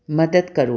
ਮਦਦ ਕਰੋ